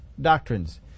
doctrines